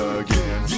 again